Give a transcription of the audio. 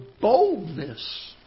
boldness